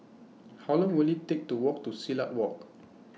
How Long Will IT Take to Walk to Silat Walk